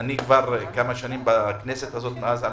ואני כבר כמה שנים בכנסת הזאת, מאז 2015,